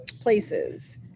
places